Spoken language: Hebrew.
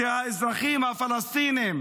שהאזרחים הפלסטינים